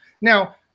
Now